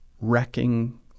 wrecking